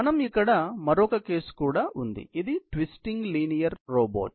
మనకు ఇక్కడ మరొక కేసు కూడా ఉంది ఇది ట్విస్టింగ్ లీనియర్ రోబోట్